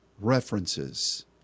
references